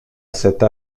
cette